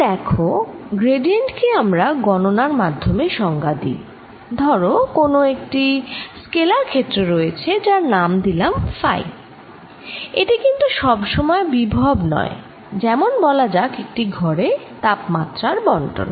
তোমরা দেখ গ্র্যাডিয়েন্ট কে আমরা গণনার মাধ্যমে সংজ্ঞা দিই ধরো কোন একটি স্কেলার ক্ষেত্র রয়েছে যার নাম দিলাম ফাই r এটি কিন্তু সব সময় বিভব নয় যেমন বলা যাক একটি ঘরে তাপমাত্রার বন্টন